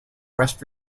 west